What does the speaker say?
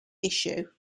issue